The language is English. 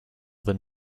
than